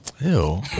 Ew